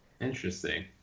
interesting